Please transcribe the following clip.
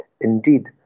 Indeed